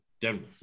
Denver